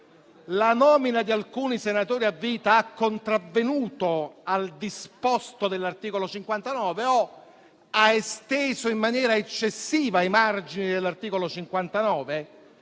la nomina di alcuni senatori a vita ha contravvenuto al disposto dell'articolo 59 o ha esteso in maniera eccessiva i margini dell'articolo 59